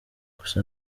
gusa